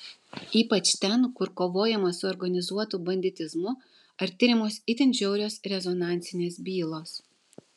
ypač ten kur kovojama su organizuotu banditizmu ar tiriamos itin žiaurios rezonansinės bylos